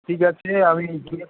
ঠিক আছে আমি গিয়ে